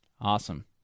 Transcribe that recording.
Awesome